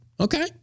Okay